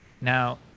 now